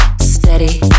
steady